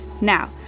Now